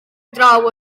draw